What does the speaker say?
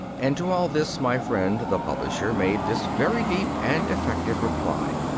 and to all this my friend the publisher made this very deep and effective reply,